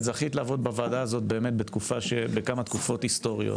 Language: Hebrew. את זכית לעבוד בוועדה הזאת באמת בכמה תקופות היסטוריות,